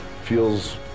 feels